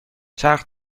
چرخ